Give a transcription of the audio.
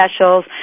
specials